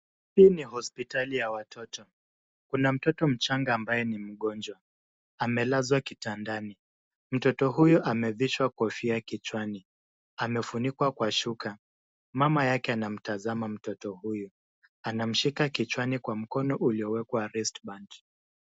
Hii ni hospitali ya watoto. kuna mtoto mchanga ambaye ni mgonjwa. Amelazwa kitandani. Mtoto huyu amevishwa kofia kichwani. Amefunikwa kwa shuka. Mama yake anamtazama mtoto huyu. Anamshika kichwani kwa mkono uliowekwa wristband .